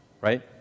right